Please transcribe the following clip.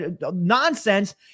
nonsense